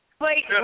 wait